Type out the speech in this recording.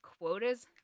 quotas